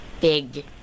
big